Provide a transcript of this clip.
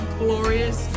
glorious